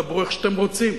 דברו איך שאתם רוצים.